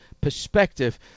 perspective